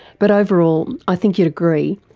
but overall, i think you'd agree,